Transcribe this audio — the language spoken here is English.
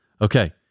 okay